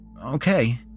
Okay